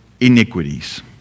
iniquities